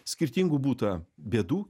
skirtingų būta bėdų